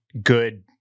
good